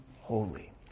holy